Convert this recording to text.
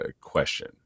question